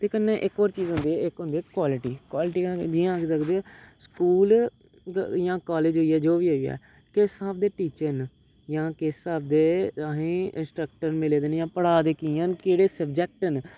ते कन्नै इक होर चीज़ होंदी ऐ इक होंदी ऐ कोआलटी कोआलटी जियां आखी सकदे ओ स्कूल इ'यां कालेज होई गेआ जो बी होई गेआ किस स्हाब दे टीचर न जां किस स्हाब दे अहें गी इसटकटर मिले दे जां पढ़ा दे कियां न केह्ड़े सब्जैक्ट न